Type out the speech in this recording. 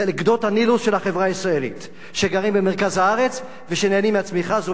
לגדות הנילוס של החברה הישראלית שגרים במרכז הארץ ושנהנים מהתמיכה הזו.